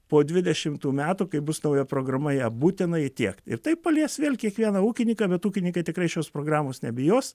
po dvidešimtų metų kai bus nauja programa ją būtina įdiegt ir tai palies vėl kiekvieną ūkininką bet ūkininkai tikrai šios programos nebijos